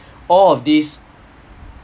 all of this